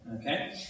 okay